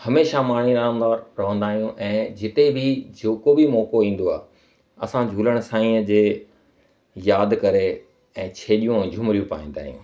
हमेशह माणींदा रहंदा आहियूं ऐं जिते बि जे को बि मौक़ो ईंदो आहे असां झूलण साईंअ जे याद करे ऐं छेॼूं ऐं झूमिरियूं पाईंदा आहियूं